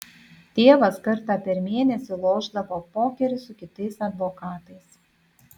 tėvas kartą per mėnesį lošdavo pokerį su kitais advokatais